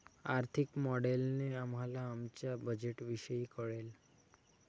आर्थिक मॉडेलने आम्हाला आमच्या बजेटविषयी कळेल